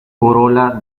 corola